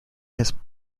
his